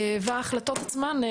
ההחלטות עצמן,